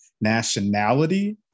nationality